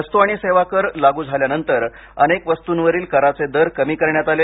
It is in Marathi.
वस्तू आणि सेवा कर लागू झाल्यानंतर अनेक वस्तूंवरील कराचे दर कमी करण्यात आले